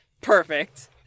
Perfect